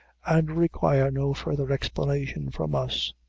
and require no further explanation from us.